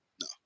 no